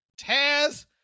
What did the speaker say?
Taz